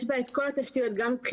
יש בה את כל התשתיות, קמפוסים,